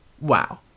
wow